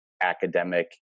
academic